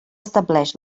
estableix